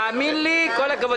תאמין לי, כל הכבוד.